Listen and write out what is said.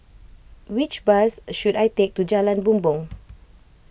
which bus should I take to Jalan Bumbong